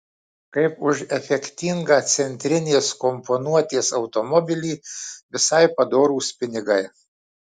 kaip už efektingą centrinės komponuotės automobilį visai padorūs pinigai